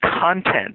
content